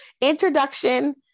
introduction